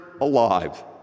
alive